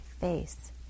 face